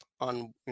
on